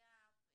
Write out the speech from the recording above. יהב.